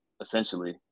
essentially